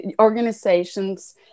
organizations